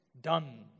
done